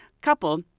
couple